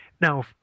Now